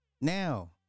now